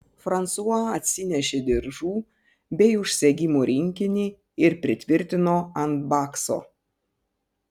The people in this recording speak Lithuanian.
fransua atsinešė diržų bei užsegimų rinkinį ir pritvirtino ant bakso